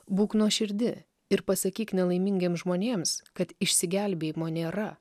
būk nuoširdi ir pasakyk nelaimingiems žmonėms kad išsigelbėjimo nėra